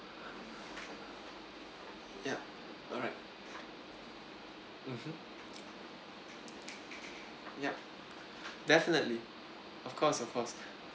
ya alright mmhmm ya definitely of course of course